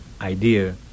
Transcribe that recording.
idea